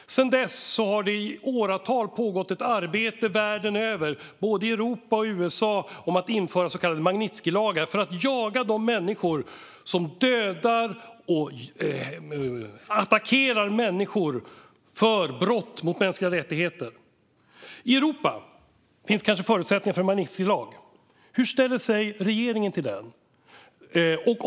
Sedan dess har det i åratal pågått ett arbete världen över, både i Europa och i USA, för att införa så kallade Magnitskijlagar i syfte att jaga de människor som dödar och attackerar människor och begår brott mot mänskliga rättigheter. I Europa finns kanske förutsättningar för en Magnitskijlag. Hur ställer sig regeringen till det?